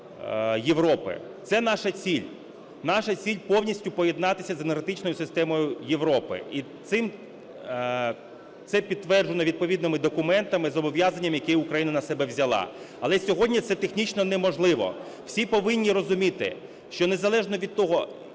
Це наша ціль. Наша ціль – повністю поєднатися з енергетичною системою Європи, і це підтверджено відповідними документами-зобов'язаннями, які Україна на себе взяла. Але сьогодні це технічно неможливо. Всі повинні розуміти, що незалежно від того,